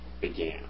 began